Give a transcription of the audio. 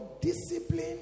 discipline